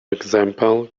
example